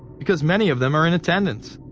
because many of them are in attendance.